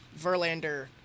Verlander